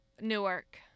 Newark